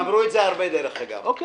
הם אמרו את זה הרבה, דרך אגב, בפעם הבאה.